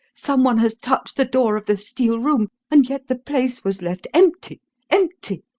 someone has touched the door of the steel room and yet the place was left empty empty!